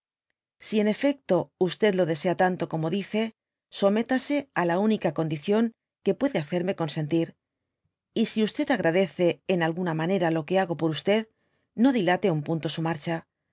si en efecto lo desea tanto como dice sométase á la única condición que puede hacerme consentir y ú agradece en alguna manera lo que hago por no dilate im punto su marcha